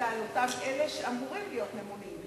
אלא על אלה שאמורים להיות ממונים,